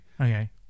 Okay